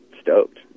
stoked